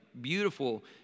beautiful